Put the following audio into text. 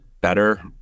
better